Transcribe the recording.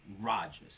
Rodgers